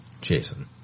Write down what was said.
Jason